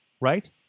right